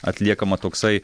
atliekama toksai